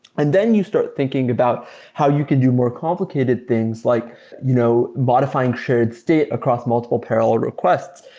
and then you start thinking about how you could do more complicated things like you know modifying shared state across multiple parallel requests.